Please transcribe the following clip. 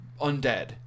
undead